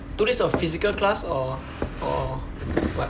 two days of physical class or or what